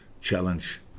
challenge